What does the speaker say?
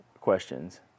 questions